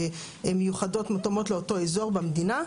מותאמות לאותו אזור במדינה,